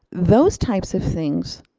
those types of things,